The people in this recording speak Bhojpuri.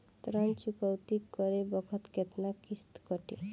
ऋण चुकौती करे बखत केतना किस्त कटी?